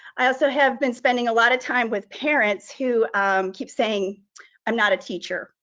i also have been spending a lot of time with parents who keep saying i'm not a teacher.